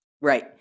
Right